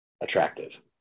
attractive